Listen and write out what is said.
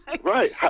right